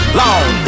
long